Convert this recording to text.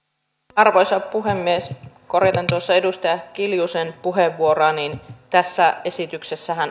arvoisa puhemies korjataan tuota edustaja kiljusen puheenvuoroa tässä esityksessähän